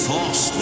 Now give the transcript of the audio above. Force